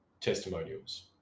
testimonials